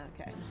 Okay